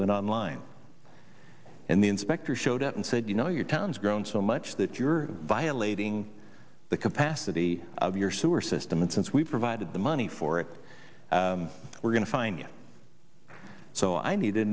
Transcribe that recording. went online and the inspector showed up and said you know your town's grown so much that you're violating the capacity of your sewer system and since we provided the money for it we're going to find you so i need